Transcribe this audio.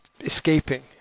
escaping